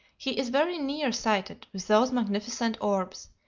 he is very near-sighted with those magnificent orbs,